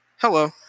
Hello